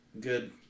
good